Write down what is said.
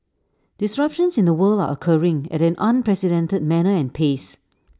disruptions in the world are occurring at an unprecedented manner and pace